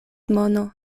mono